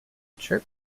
chirp